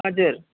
हजुर